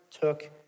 took